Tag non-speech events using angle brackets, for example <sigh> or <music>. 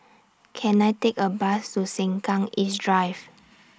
Can I Take A Bus to Sengkang East Drive <noise>